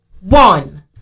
one